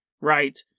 right